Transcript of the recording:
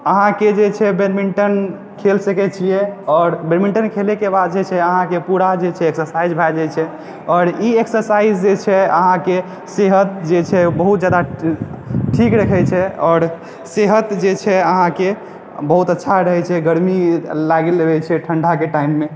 अहाँके जे छै बैडमिंटन खेल सकैत छियै आओर बैडमिंटन खेलयके बाद जे छै अहाँके पूरा जे छै एक्सरसाइज भए जाइत छै आओर ई एक्सरसाइज जे छै अहाँके सेहत जे छै ओ बहुत जादा ठीक रखैत छै आओर सेहत जे छै अहाँके बहुत अच्छा रहैत छै गर्मी लागैत रहे छै ठण्डाके टाइममे